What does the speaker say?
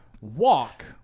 walk